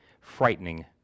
frightening